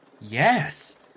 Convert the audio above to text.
Yes